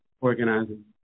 organizing